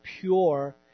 pure